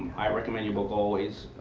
i recommend your book always,